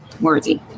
worthy